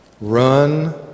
run